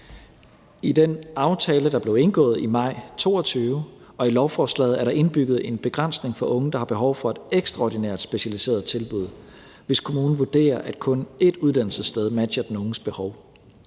I den aftale, der blev indgået i maj 2022, og i lovforslaget er der indbygget en begrænsning for unge, der har behov for et ekstraordinært specialiseret tilbud, hvis kommunen vurderer, at kun ét uddannelsessted matcher den unges behov.